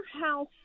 house